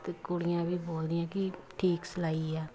ਅਤੇ ਕੁੜੀਆਂ ਵੀ ਬੋਲਦੀਆਂ ਕਿ ਠੀਕ ਸਿਲਾਈ ਹੈ